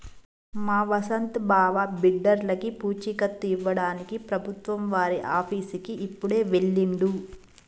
మా వసంత్ బావ బిడ్డర్లకి పూచీకత్తు ఇవ్వడానికి ప్రభుత్వం వారి ఆఫీసుకి ఇప్పుడే వెళ్ళిండు